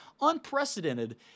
unprecedented